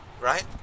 right